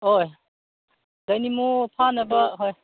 ꯍꯣꯏ ꯗꯥꯏꯅꯦꯃꯣ ꯊꯥꯅꯕ ꯍꯣꯏ